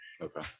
Okay